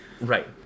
Right